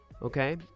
Okay